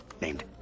named